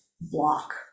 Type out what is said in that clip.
block